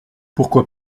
pourquoi